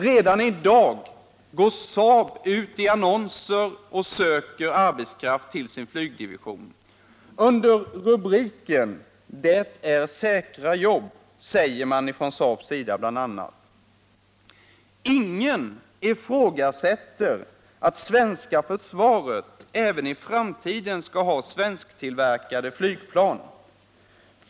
Redan i dag går Saab ut i annonser och söker arbetskraft till sin flygdivision. Under rubriken ”Det är säkra jobb!” säger Saab bl.a.: ”Ingen ifrågasätter att svenska försvaret även i framtiden ska ha svensktillverkade flygplan.